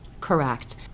Correct